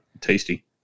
tasty